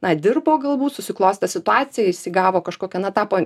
na dirbo galbūt susiklostė situacija jis įgavo kažkokią na tapo